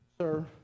Sir